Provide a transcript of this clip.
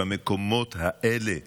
במקומות האלה שצריכים,